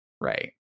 right